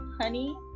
Honey